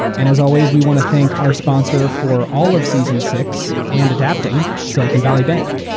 and as always, we want to thank our sponsor for all of season six, and adapting, silicon valley bank.